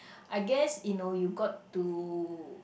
I guess you know you got to